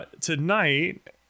tonight